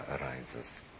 arises